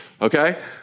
Okay